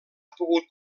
pogut